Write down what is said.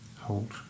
hold